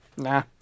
Nah